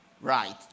Right